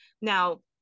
Now